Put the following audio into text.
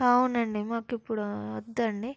అవునండి మాకు ఇప్పుడు వద్దండి